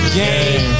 game